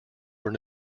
were